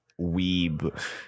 weeb